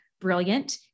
brilliant